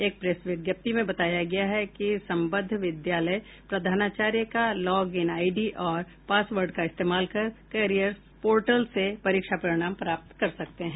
एक प्रेस विज्ञप्ति में बताया गया है कि संबद्ध विद्यालय प्रधानाचार्य का लॉग इन आईडी और पासवर्ड का इस्तेमाल कर करियर्स पोर्टल से परीक्षा परिणाम प्राप्त कर सकते हैं